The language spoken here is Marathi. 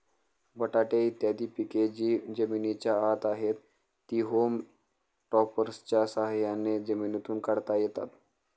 बटाटे इत्यादी पिके जी जमिनीच्या आत आहेत, ती होम टॉपर्सच्या साह्याने जमिनीतून काढता येतात